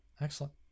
Excellent